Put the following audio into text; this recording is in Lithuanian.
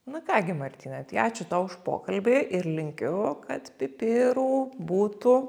na ką gi martynai tai ačiū tau už pokalbį ir linkiu kad pipirų būtų